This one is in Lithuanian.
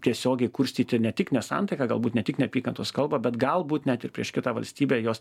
tiesiogiai kurstyti ne tik nesantaiką galbūt ne tik neapykantos kalbą bet galbūt net ir prieš kitą valstybę jos